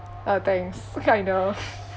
ah thanks I know